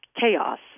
chaos